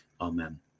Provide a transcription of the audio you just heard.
Amen